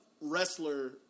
wrestler